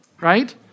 Right